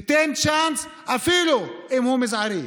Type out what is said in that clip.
ניתן צ'אנס אפילו אם הוא מזערי.